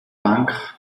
bank